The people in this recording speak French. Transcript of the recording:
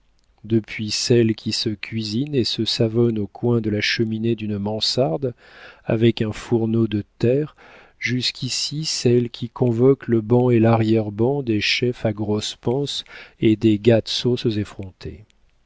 depuis celle qui se cuisine et se savonne au coin de la cheminée d'une mansarde avec un fourneau de terre jusqu'à celle qui convoque le ban et larrière ban des chefs à grosse panse et des gâte sauces effrontés